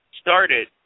started